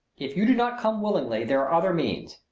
if you do not come willingly there are other means.